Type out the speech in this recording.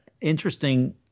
interesting